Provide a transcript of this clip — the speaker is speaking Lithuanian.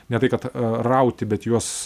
ne tai kad rauti bet juos